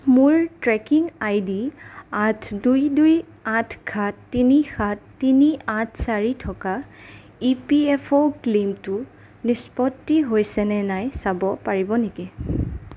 মোৰ tracking ID আঠ দুই দুই আঠ সাত তিনি সাত তিনি আঠ চাৰি থকা ই পি এফ অ' ক্লেইমটো নিষ্পত্তি হৈছে নে নাই চাব পাৰিব নেকি